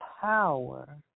power